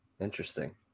interesting